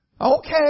Okay